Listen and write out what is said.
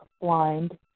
blind